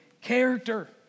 character